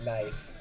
Nice